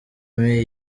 may